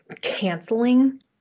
canceling